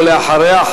ואחריה,